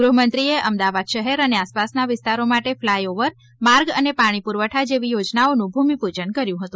ગૃહ્મંત્રીએ અમદાવાદ શહેર અને આસપાસના વિસ્તારો માટે ફલાય ઓવર માર્ગ અને પાણી પુરવઠા જેવી યોજનાઓનુ ભૂમિપૂજન કર્યુ હતુ